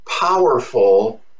powerful